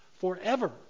forever